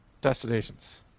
Destinations